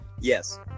Yes